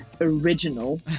original